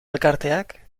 elkarteak